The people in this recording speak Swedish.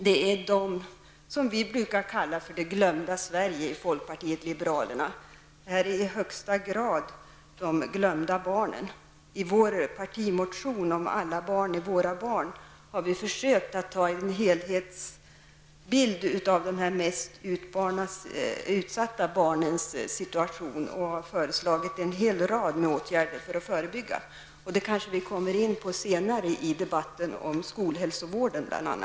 Det är dem som vi brukar kalla för Det glömda Sverige i folkpartiet liberalerna. Här ingår i högsta grad de glömda barnen. I vår partimotion, ''Alla barn är våra barn'', har vi försökt att ha en helhetsbild av de här mest utsatta barnens situation. Vi har föreslagit en rad åtgärder för att förebygga. Det kanske vi kommer in på senare bl.a. i debatten om skolhälsovården.